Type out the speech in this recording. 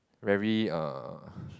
very err